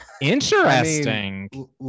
Interesting